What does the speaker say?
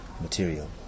material